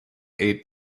eight